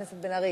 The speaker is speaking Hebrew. כזה גבוה?